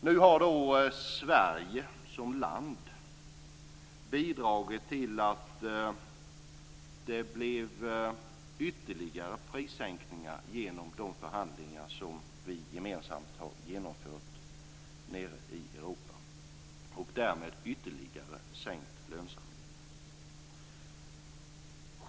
Nu har Sverige som land bidragit till att det blev ytterligare prissänkningar genom de förhandlingar som vi gemensamt har genomfört nere i Europa. Därmed blir det ytterligare sänkt lönsamhet.